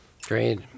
Great